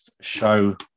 show